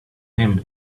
him